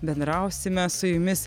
bendrausime su jumis